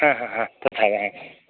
ह ह आं तथा वा